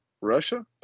Russia